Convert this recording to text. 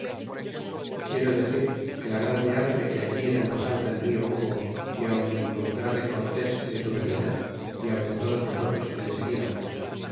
quiero decir de la grande hambre que allí en el pasar del rio hubo y aun del murmurar de cortés y de su venida y aun de todos nosotros que le seguiamos